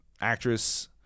actress